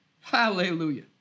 Hallelujah